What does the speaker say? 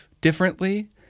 differently